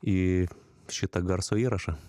į šitą garso įrašą